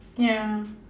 ya